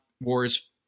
Wars